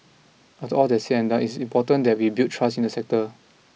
after all that's said and done it's important that we build trust in the sector